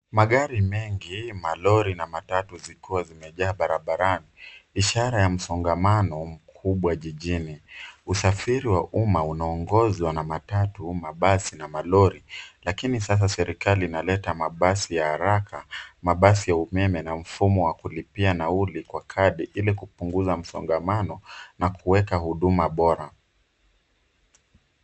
Magari mengi, malori na matatu, zikiwa zimejaa barabarani ishara ya msongamano mkubwa jijini. Usafiri wa umma unaongozwa na matatu, mabasi na malori lakini sasa serikali inaleta mabasi ya haraka, mabasi ya umeme na mfumo wa kulipia nauli kwa kadi ili kupunguza msongamano na kuweka huduma bora.